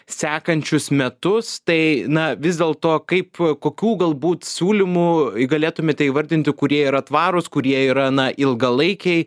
sekančius metus tai na vis dėl to kaip kokių galbūt siūlymų galėtumėte įvardinti kurie yra tvarūs kurie yra na ilgalaikiai